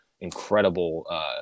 incredible